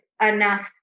enough